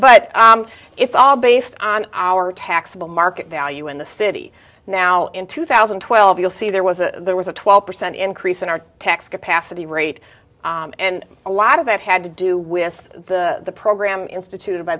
but it's all based on our taxable market value in the city now in two thousand and twelve you'll see there was a there was a twelve percent increase in our tax capacity rate and a lot of that had to do with the program institut